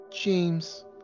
James